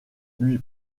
lui